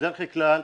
בדרך כלל,